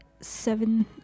seven